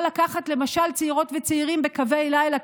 לקחת למשל צעירות וצעירים בקווי לילה,